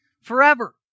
forever